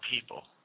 people